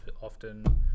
often